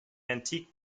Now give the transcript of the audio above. antique